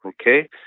Okay